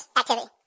activity